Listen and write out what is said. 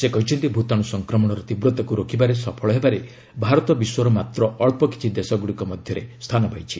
ସେ କହିଛନ୍ତି ଭୂତାଣୁ ସଂକ୍ରମଣର ତୀବ୍ରତାକୁ ରୋକିବାରେ ସଫଳ ହେବାରେ ଭାରତ ବିଶ୍ୱର ମାତ୍ର ଅକ୍ଷକିଛି ଦେଶଗୁଡ଼ିକ ମଧ୍ୟରେ ସ୍ଥାନ ପାଇଛି